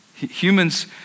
Humans